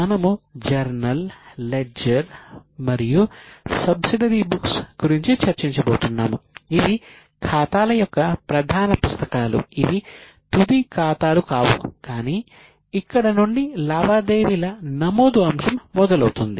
మనము జర్నల్ గురించి చర్చించబోతున్నాము ఇవి ఖాతాల యొక్క ప్రధాన పుస్తకాలు ఇవి తుది ఖాతాలు కావు కానీ ఇక్కడ నుండి లావాదేవీల నమోదు అంశం మొదలవుతుంది